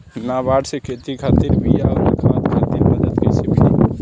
नाबार्ड से खेती खातिर बीया आउर खाद खातिर मदद कइसे मिली?